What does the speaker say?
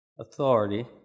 authority